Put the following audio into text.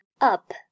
Up